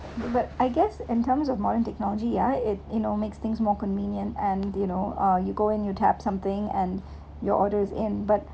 but I guess in terms of modern technology ya it you know makes things more convenient and you know uh you go in you tap something and your orders in but